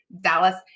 Dallas